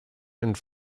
and